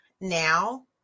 now